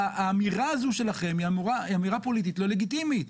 האמירה הזו שלכם היא אמירה פוליטית לא לגיטימית,